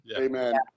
amen